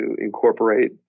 incorporate